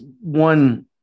one